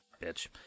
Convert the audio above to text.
bitch